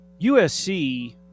USC